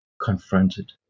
confronted